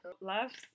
Last